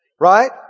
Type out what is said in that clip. right